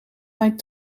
mijn